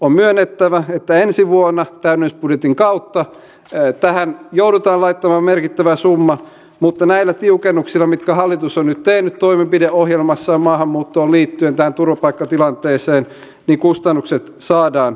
on myönnettävä että ensi vuonna täydennysbudjetin kautta tähän joudutaan laittamaan merkittävä summa mutta näillä tiukennuksilla mitkä hallitus on nyt tehnyt toimenpideohjelmassaan maahanmuuttoon liittyen tähän turvapaikkatilanteeseen kustannukset saadaan kuriin